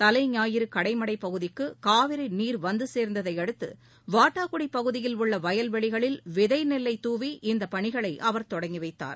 தலைஞாயிறுகடைப்பகுதிக்குகாவிரிநீர் வந்துசேர்ந்ததைஅடுத்து வாட்டாகுடிபகுதியில் உள்ளவயல்வெளிகளில் விதைநெல்லைதாவி இப்பணிகளைஅவர் தொடங்கிவைத்தார்